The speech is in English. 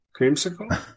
Creamsicle